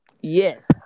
Yes